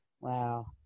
wow